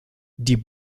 die